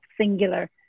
singular